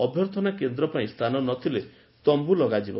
ଅଭ୍ୟର୍ଥନା କେନ୍ଦ୍ର ପାଇଁ ସ୍ଥାନ ନ ଥିଲେ ତମ୍ବୁ ଲଗାଯିବ